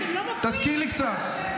--- תקשיבי, תשכילי קצת.